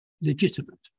legitimate